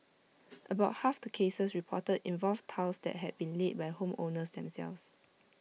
about half the cases reported involved tiles that had been laid by home owners themselves